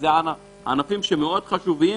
אלה ענפים חשובים,